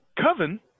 Coven